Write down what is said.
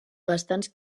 bastants